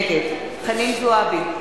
נגד חנין זועבי,